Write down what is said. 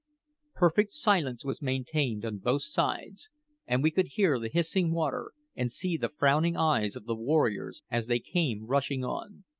perfect silence was maintained on both sides and we could hear the hissing water, and see the frowning eyes of the warriors, as they came rushing on.